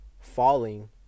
falling